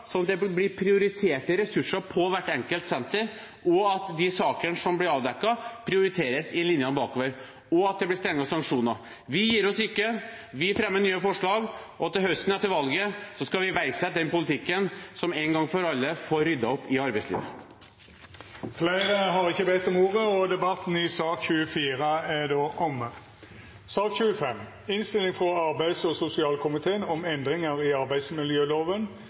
at det blir prioriterte ressurser på hvert enkelt senter, at de sakene som blir avdekket, prioriteres i linjene bakover, og at det blir strengere sanksjoner. Vi gir oss ikke. Vi fremmer nye forslag, og til høsten – etter valget – skal vi iverksette den politikken som en gang for alle får ryddet opp i arbeidslivet. Fleire har ikkje bedt om ordet til sak nr. 24. Etter ynske frå arbeids- og sosialkomiteen vil presidenten ordna debatten